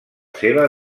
seva